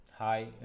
Hi